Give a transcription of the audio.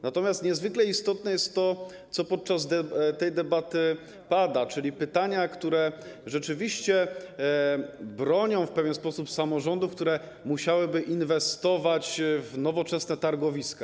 Natomiast niezwykle istotne jest to, co podczas tej debaty pada, czyli pytania, które rzeczywiście mają na celu bronienie w pewien sposób samorządów, które musiałyby inwestować w nowoczesne targowiska.